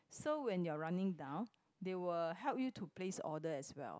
so when you're running down they will help you to place your order as well